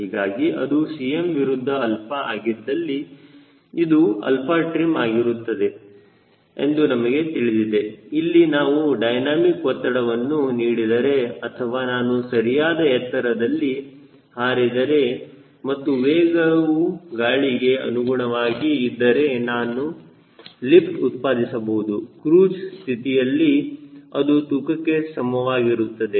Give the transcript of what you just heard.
ಹೀಗಾಗಿ ಅದು Cm ವಿರುದ್ಧ 𝛼 ಆಗಿದ್ದಲ್ಲಿ ಇದು 𝛼trim ಆಗಿರುತ್ತದೆ ಎಂದು ನಮಗೆ ತಿಳಿದಿದೆ ಇಲ್ಲಿ ನಾನು ಡೈನಮಿಕ್ ಒತ್ತಡವನ್ನು ನೀಡಿದರೆ ಅಥವಾ ನಾನು ಸರಿಯಾದ ಎತ್ತರದಲ್ಲಿ ಹಾರಿದರೆ ಮತ್ತು ವೇಗವು ಗಾಳಿಗೆ ಅನುಗುಣವಾಗಿ ಇದ್ದರೆ ನಾನು ಲಿಫ್ಟ್ ಉತ್ಪಾದಿಸಬಹುದು ಕ್ರೂಜ್ ಸ್ಥಿತಿಯಲ್ಲಿ ಅದು ತೂಕಕ್ಕೆ ಸಮಾನವಾಗಿರುತ್ತದೆ